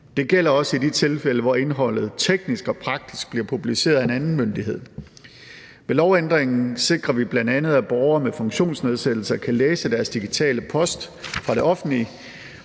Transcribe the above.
Det gælder også i de tilfælde, hvor indholdet teknisk og praktisk bliver publiceret af en anden myndighed. Med lovændringen sikrer vi bl.a., at borgere med funktionsnedsættelser kan læse deres digitale post fra det offentlige.